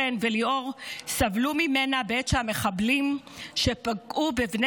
חן וליאור סבלו ממנה בעת שהמחבלים שפגעו בבני